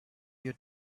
your